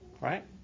Right